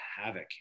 havoc